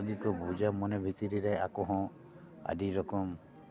ᱵᱷᱟᱹᱜᱤ ᱠᱚ ᱵᱩᱡᱟ ᱢᱚᱱᱮ ᱵᱷᱤᱛᱤᱨ ᱨᱮ ᱟᱠᱚ ᱦᱚᱸ ᱟᱹᱰᱤ ᱨᱚᱠᱚᱢ